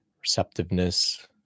receptiveness